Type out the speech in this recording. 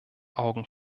augen